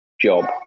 job